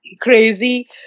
crazy